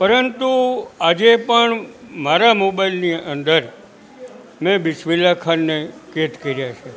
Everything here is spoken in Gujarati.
પરંતુ આજે પણ મારા મોબાઇલની અંદર મેં બિસ્મિલ્લાહ ખાનને કેદ કર્યા છે